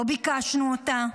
לא ביקשנו אותה,